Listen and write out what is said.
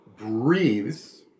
breathes